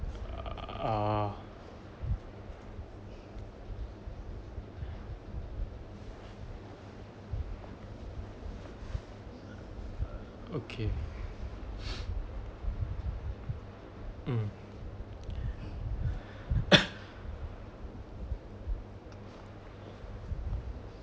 err uh okay mm